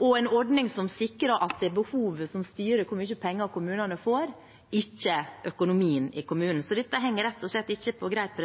og en ordning som sikrer at det er behovet som styrer hvor mye penger kommunene får – ikke økonomien i kommunen. Dette henger rett og slett ikke på greip,